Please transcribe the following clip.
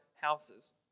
houses